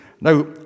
Now